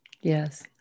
Yes